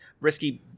Risky-